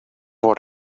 what